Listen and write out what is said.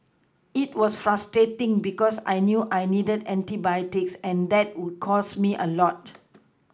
it was frustrating because I knew I needed antibiotics and that would cost me a lot